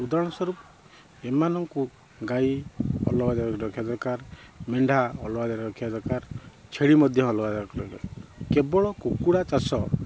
ଉଦାହରଣ ସ୍ୱରୂପ ଏମାନଙ୍କୁ ଗାଈ ଅଲଗା ଜାଗାରେ ରଖିବା ଦରକାର ମେଣ୍ଢା ଅଲଗା ଜାଗାରେ ରଖିବା ଦରକାର ଛେଳି ମଧ୍ୟ ଅଲଗା ଜାଗାରେ କେବଳ କୁକୁଡ଼ା ଚାଷ